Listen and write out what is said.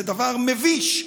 זה דבר מביש,